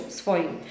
swoim